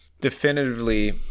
definitively